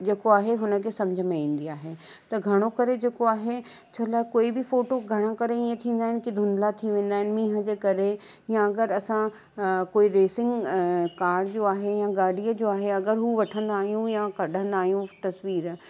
जेको आहे हुन खे सम्झ में ईंदी आहे त घणो करे जेको आहे छो लाइ कोई बि फोटो घणो करे ईअं थी वेंदा आहिनि की धुंधला थी वेंदा आहिनि मिंहं जे करे या अगरि असां कोई रेसिंग कार जो आहे या गाॾीअ जो आहे अगरि उहो वठंदा आहियूं या कढंदा आहियूं तस्वीरु